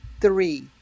three